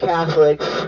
Catholics